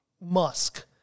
musk